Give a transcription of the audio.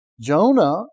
Jonah